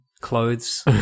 clothes